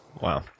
Wow